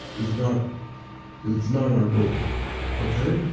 it's not it's not our goal. okay okay?